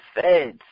feds